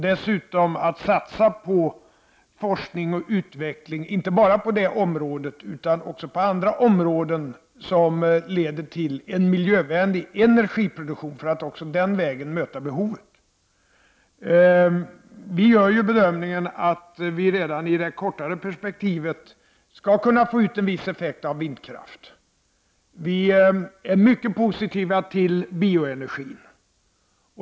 Dessutom vill vi satsa på forskning och utveckling, inte bara inom detta område utan även inom andra områden som leder till en miljövänlig energiproduktion, för att också den vägen möta behovet. Vi gör bedömningen att vi redan i det kortare perspektivet skall kunna få ut en viss effekt av vindkraft. Vi är mycket positiva till bioenergin.